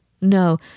no